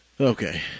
Okay